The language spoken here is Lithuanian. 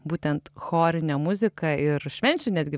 būtent chorinę muziką ir švenčių netgi